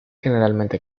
generalmente